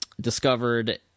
discovered